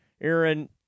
Aaron